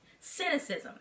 Cynicism